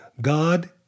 God